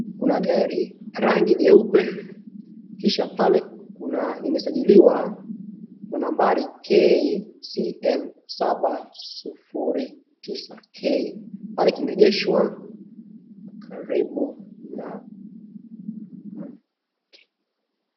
Kuna gari, rangi jeupe, kisha pale kuna limesajiliwa kwa nambari KCM, saba, sufuri, tisa, K, pale kimeegeshwa karibu na mti.